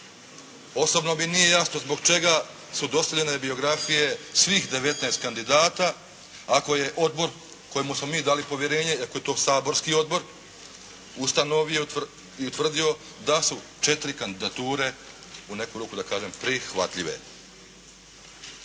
Osobno mi nije jasno zbog čega su dostavljene biografije svih 19 kandidata, ako je odbor kojemu smo mi dali povjerenje i ako je to saborski odbor ustanovio i utvrdio da su 4 kandidature u neku ruku da kažem prihvatljive.